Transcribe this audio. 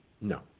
No